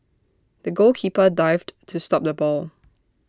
the goalkeeper dived to stop the ball